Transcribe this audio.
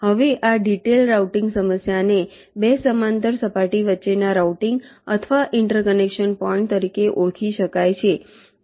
હવે આ detailed routing સમસ્યાને 2 સમાંતર સપાટી વચ્ચેના રાઉટીંગ અથવા ઇન્ટરકનેક્ટીંગ પોઈન્ટ તરીકે ઓળખી શકાય છે